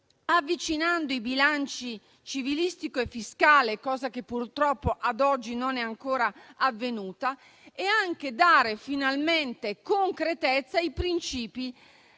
avvicinando i bilanci civilistico e fiscale, cosa che purtroppo ad oggi non è ancora avvenuta, e di dare anche finalmente concretezza ai principi